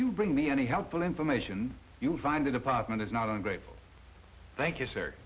you bring me any helpful information you'll find the department is not i'm grateful thank you sir